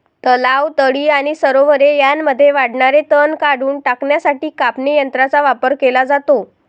तलाव, तळी आणि सरोवरे यांमध्ये वाढणारे तण काढून टाकण्यासाठी कापणी यंत्रांचा वापर केला जातो